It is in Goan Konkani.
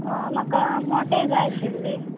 म्हाका मोटे जाय आशिल्ले